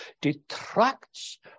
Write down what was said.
detracts